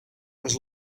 was